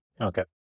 Okay